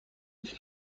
جالب